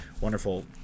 wonderful